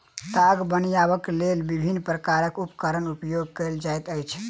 ताग बनयबाक लेल विभिन्न प्रकारक उपकरणक उपयोग कयल जाइत अछि